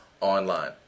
online